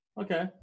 Okay